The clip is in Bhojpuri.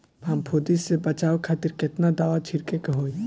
फाफूंदी से बचाव खातिर केतना दावा छीड़के के होई?